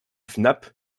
fnap